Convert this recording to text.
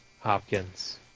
Hopkins